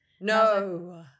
no